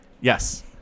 Yes